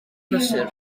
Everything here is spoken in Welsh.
prysur